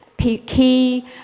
Key